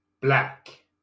black